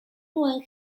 nuen